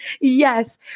Yes